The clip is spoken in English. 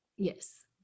yes